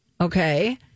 Okay